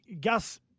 Gus